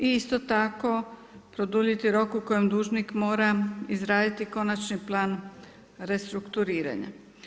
Isto tako produljiti rok u kojem dužnik mora izraditi konačni plan restrukturiranja.